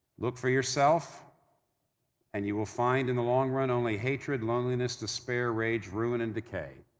look for yourself and you will find, in the long run, only hatred, loneliness, despair, rage, ruin, and decay.